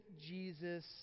Jesus